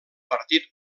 partit